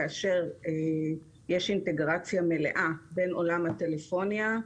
כאשר יש אינטגרציה מלאה בין עולם הטלפוניה,